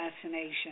assassination